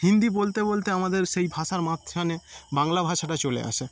হিন্দি বলতে বলতে আমাদের সেই ভাষার মাঝখানে বাংলা ভাষাটা চলে আসে